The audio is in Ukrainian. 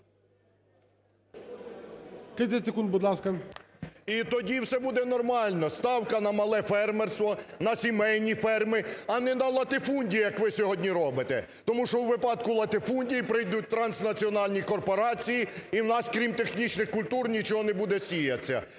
І тоді все буде нормально. Ставка на мале фермерство, на сімейні ферми, а не на латифундію, як ви сьогодні робите. Тому що у випадку латифундії прийдуть транснаціональні корпорації, і в нас, крім технічних культур, нічого не буде сіятися.